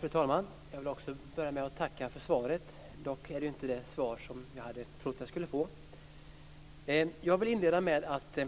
Fru talman! Jag vill börja med att tacka för svaret. Dock är det ju inte det svar som jag hade trott att jag skulle få. Jag vill inleda med att